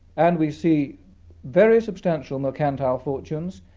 and we see very substantial mercantile fortunes